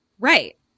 right